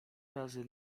razy